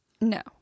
No